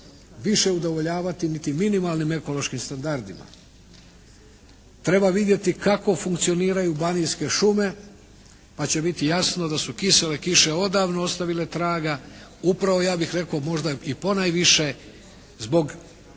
više udovoljavati niti minimalnim ekološkim standardima. Treba vidjeti kako funkcioniraju banijske šume pa će biti jasno da su kisele kiše odavno ostavile traga upravo ja bih rekao možda i ponajviše zbog